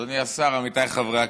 אדוני השר, עמיתיי חברי הכנסת,